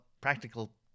practical